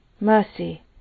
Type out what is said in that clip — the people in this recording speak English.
mercy